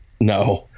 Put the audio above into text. No